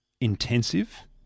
intensive